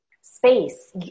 Space